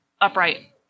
upright